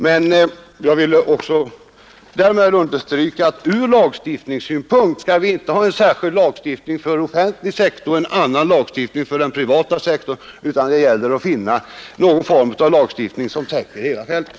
Men jag vill understryka att ur lagstiftningssynpunkt skall vi inte ha en särskild lagstiftning för den offentliga sektorn och en annan lagstiftning för den privata sektorn, utan det gäller att finna någon form av lagstiftning som täcker hela fältet.